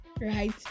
right